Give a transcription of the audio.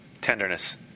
tenderness